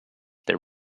their